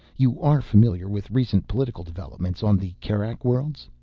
you are familiar with recent political developments on the kerak worlds?